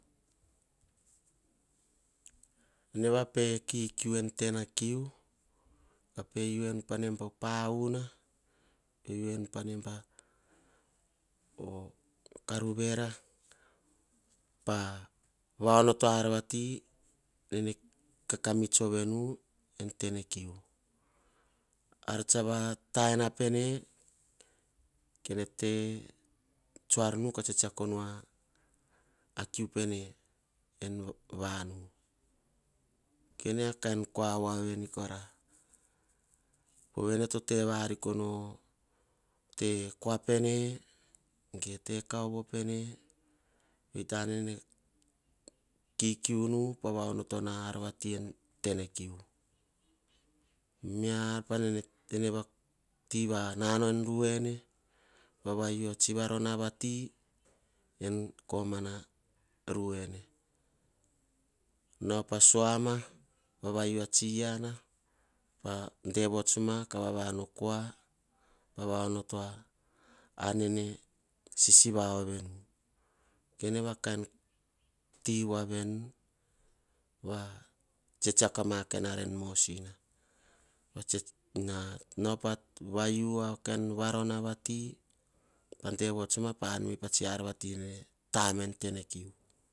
Ene ya pe kiukiu en tenekiu, pe uenu pa namba ar vati nene kaka mits ovenu en tenekiu ar tsa vatsua nane kene tsetakonu akiu pene en vanu. Ene akua voane kora. Pove ne to tevariko nu okua pene. Ge tekauvo pene panene kiukiu nu pats va onoto nau a ar vati wui tenene kiu ma miar ene va nanao en ruene. Nao pa suama e ruene vaua tsi eana. Ka devuts ka vavan okua, pava onot ar nene sisivaonu. Ene nauo pa vaua varonati. Paevuts ka an mei pa tsi ar vati nene detanema en tenekiu.